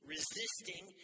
Resisting